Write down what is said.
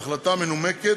בהחלטה מנומקת,